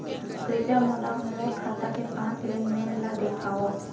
कृपया मोला मोर खाता के पाँच लेन देन ला देखवाव